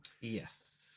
Yes